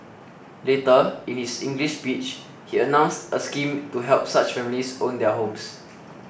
later in his English speech he announced a scheme to help such families own their homes